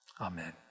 Amen